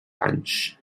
anys